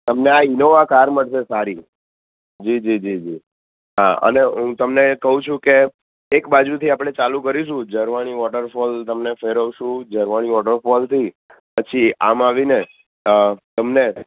તમને આ Innova car મળશે સારી જી જી જી જી હા અને હું તમને કહુ છું કે એક બાજુથી આપડે ચાલુ કરીશું જરવાની વોટર ફોલ તમને ફેરવશું જરવાની વોટર ફોલથી પછી આમ આવીને અં તમને